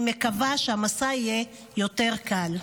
אני מקווה שהמסע יהיה מעט יותר קל.